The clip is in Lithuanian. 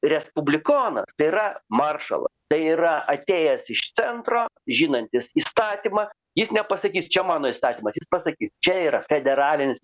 respublikonas tai yra maršal tai yra atėjęs iš centro žinantis įstatymą jis nepasakys čia mano įstatymas jis pasakys čia yra federalinis